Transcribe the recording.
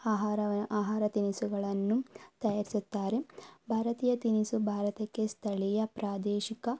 ಆಹಾರ ಆಹಾರ ತಿನಿಸುಗಳನ್ನು ತಯಾರಿಸುತ್ತಾರೆ ಭಾರತೀಯ ತಿನಿಸು ಭಾರತಕ್ಕೆ ಸ್ಥಳೀಯ ಪ್ರಾದೇಶಿಕ